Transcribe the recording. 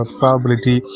probability